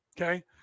Okay